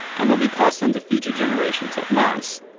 and they'll be passed on to future generations of mice,